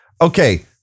Okay